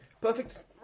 Perfect